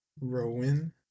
Rowan